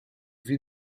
vit